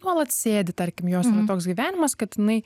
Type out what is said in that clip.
nuolat sėdi tarkim jos toks gyvenimas kad jinai